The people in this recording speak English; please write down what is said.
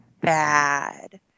bad